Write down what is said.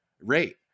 rate